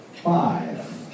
Five